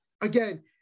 again